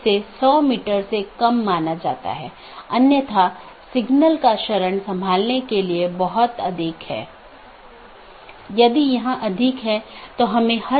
तो एक है optional transitive वैकल्पिक सकर्मक जिसका मतलब है यह वैकल्पिक है लेकिन यह पहचान नहीं सकता है लेकिन यह संचारित कर सकता है